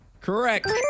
correct